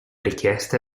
richiesta